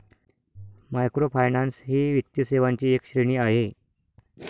microfinance ही वित्तीय सेवांची एक श्रेणी आहे